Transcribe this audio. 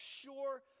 sure